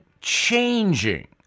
changing